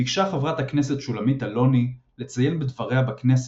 ביקשה חברת הכנסת שולמית אלוני לציין בדבריה בכנסת,